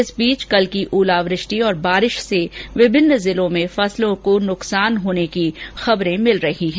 इस बीच कल की ओलावृष्टि और बारिश से विभिन्न जिलों में फसलों को नुकसान होने की खबरें मिल रही है